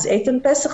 איתן פסח,